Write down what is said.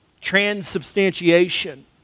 transubstantiation